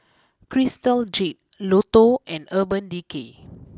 Crystal Jade Lotto and Urban Decay